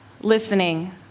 listening